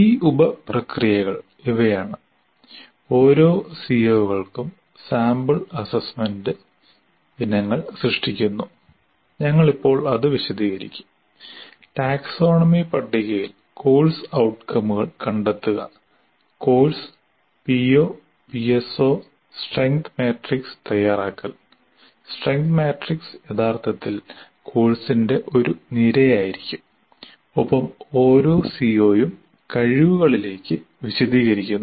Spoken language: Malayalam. ഈ ഉപ പ്രക്രിയകൾ ഇവയാണ് ഓരോ സിഒകൾക്കും സാമ്പിൾ അസസ്മെന്റ് ഇനങ്ങൾ സൃഷ്ടിക്കുന്നു ഞങ്ങൾ ഇപ്പോൾ അത് വിശദീകരിക്കും ടാക്സോണമി പട്ടികയിൽ കോഴ്സ് ഔട്കമുകൾ കണ്ടെത്തുക course PO PSO strength matrix തയ്യാറാക്കൽ സ്ട്രെങ്ത് മാട്രിക്സ് യഥാർത്ഥത്തിൽ കോഴ്സിന്റെ ഒരു നിരയായിരിക്കും ഒപ്പം ഓരോ സിഒയും കഴിവുകളിലേക്ക് വിശദീകരിക്കുന്നു